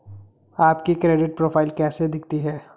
आपकी credit profile कैसी दिखती है?